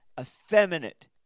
effeminate